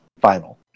final